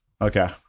Okay